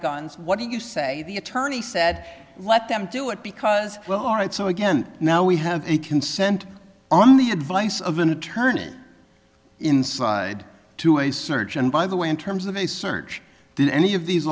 guns what do you say the attorney said let them do it because well all right so again now we have a consent on the advice of an attorney inside to a surgeon by the way terms of a search did any of these